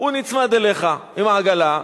הוא נצמד אליך עם העגלה.